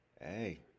Hey